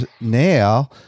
Now